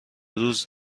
روز